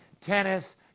tennis